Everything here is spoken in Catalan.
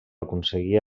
aconseguia